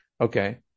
okay